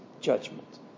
judgment